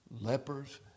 lepers